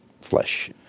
flesh